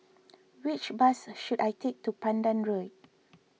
which bus should I take to Pandan Road